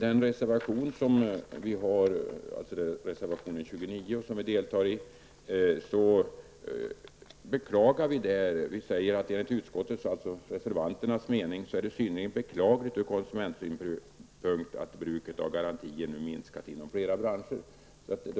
I reservation 29 säger vi, att enligt reservanternas mening är det synnerligen beklagligt ur konsumentsynpunkt att bruket av garantier nu minskat inom flera branscher.